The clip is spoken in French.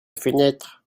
fenêtre